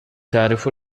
تعرف